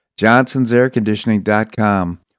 johnsonsairconditioning.com